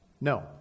No